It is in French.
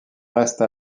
reste